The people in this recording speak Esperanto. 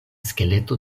skeleto